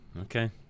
Okay